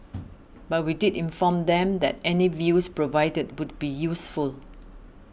but we did inform them that any views provided would be useful